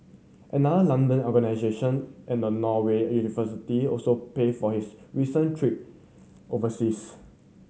another London organisation and a Norway university also paid for his recent trip overseas